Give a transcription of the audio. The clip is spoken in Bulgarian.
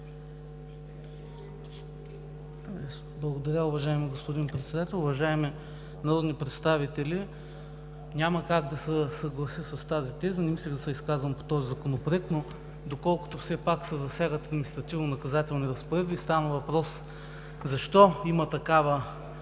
Благодаря, уважаеми господин Председател. Уважаеми народни представители, няма как да се съглася с тази теза. Не мислех да се изказвам по този законопроект, но доколкото все пак се засягат административнонаказателни разпоредби, става въпрос защо има такава